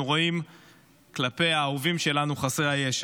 רואים כלפי האהובים שלנו חסרי הישע.